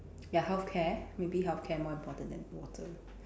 ya healthcare maybe healthcare more important than water